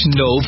no